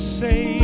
say